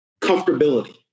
comfortability